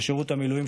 לשירות המילואים,